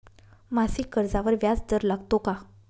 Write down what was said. मासिक कर्जावर व्याज दर लागतो का?